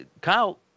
Kyle